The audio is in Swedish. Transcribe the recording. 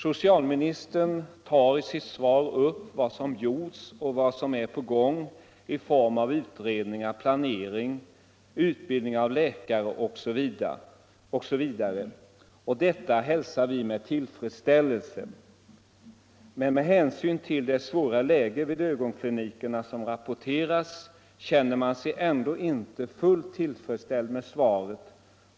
Socialministern tar i sitt svar upp vad som gjorts och vad som är på gång i form av utredningar, planering, utbildning av läkare osv., och detta hälsar vi med tillfredsställelse. Men med hänsyn till det svåra läge som rapporterats vid ögonklinikerna känner jag mig ändå inte fullt tillfredsställd med svaret.